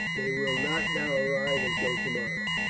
they will not now arrive until tomorrow.